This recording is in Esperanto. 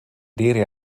diri